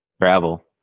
Travel